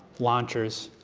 launchers,